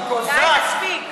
די, מספיק.